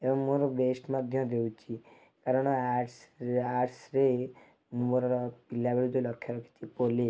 ଏବଂ ମୋର ବେଷ୍ଟ୍ ମଧ୍ୟ ଦେଉଛି କାରଣ ଆର୍ଟ୍ସ୍ରେ ମୁଁ ମୋର ପିଲାବେଳୁ ଯେଉଁ ଲକ୍ଷ ରଖିଛି ପୋଲିସ୍